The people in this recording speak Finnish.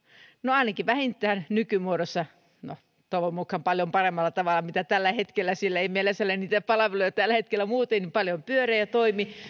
ainakin vähintään nykymuodossa no toivon mukaan paljon paremmalla tavalla kuin tällä hetkellä sillä ei meillä siellä niitä palveluja tällä hetkellä muuten niin paljon pyöri ja toimi